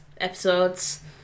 episodes